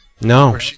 No